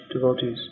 devotees